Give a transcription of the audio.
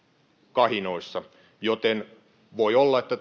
kahinoissa joten voi olla että